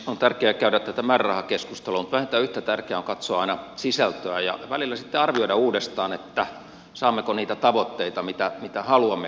on tärkeää käydä tätä määrärahakeskustelua mutta vähintään yhtä tärkeää on katsoa aina sisältöä ja välillä sitten arvioida uudestaan saammeko niitä tavoitteita mitä haluamme kehitysyhteistyömäärärahoilla